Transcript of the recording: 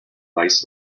vice